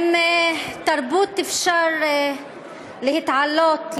עם תרבות אפשר להתעלות,